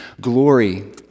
glory